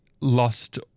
lost